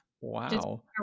Wow